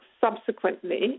subsequently